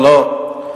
אבל לא,